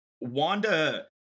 Wanda